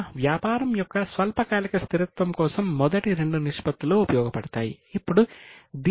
కావున వ్యాపారం యొక్క స్వల్పకాలిక స్థిరత్వం కోసం మొదటి రెండు నిష్పత్తులు ఉపయోగపడతాయి